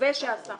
מתווה שעשו